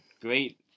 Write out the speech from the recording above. great